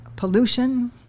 pollution